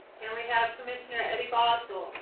here we have commissioner eddie bosco.